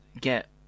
get